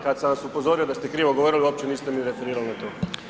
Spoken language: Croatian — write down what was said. Kad sam vas upozorio da ste krivo govorili opće niste ni referirali na to.